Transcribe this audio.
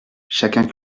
chacun